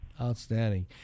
Outstanding